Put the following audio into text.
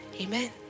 Amen